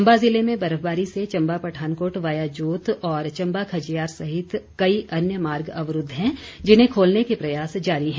चंबा जिले में बर्फबारी से चंबा पठानकोट वाया जोत और चंबा खजियार सहित कई अन्य मार्ग अवरूद्ध हैं जिन्हें खोलने के प्रयास जारी हैं